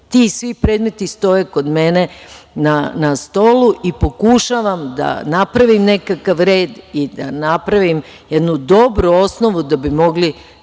ti svi predmeti stoje kod mene na stolu i pokušavam da napravim nekakav red i da napravim jednu dobru osnovu da bi mogli